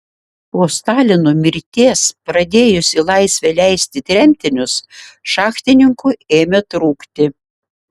po stalino mirties pradėjus į laisvę leisti tremtinius šachtininkų ėmė trūkti